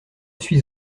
suis